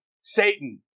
Satan